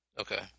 Okay